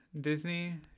disney